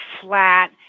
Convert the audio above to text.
flat